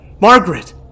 Margaret